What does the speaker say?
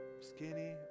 skinny